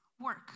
work